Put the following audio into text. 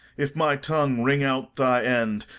if my tongue ring out thy end,